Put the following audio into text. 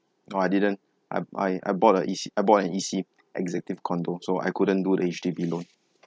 oh I didn't I I bought a E_C I bought an E_C executive condo so I couldn't do the H_D_B loan